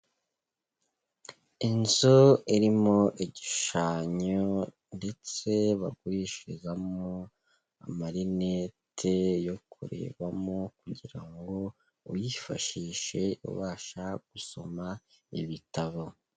Inzu irimo igishushanyo ndetse bagurishirizamo amarinete yo kurebamo kugirango uyifashishe ubasha gusoma ibitabo.